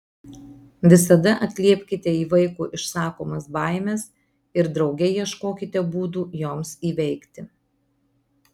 visada atliepkite į vaiko išsakomas baimes ir drauge ieškokite būdų joms įveikti